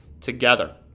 together